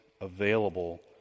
available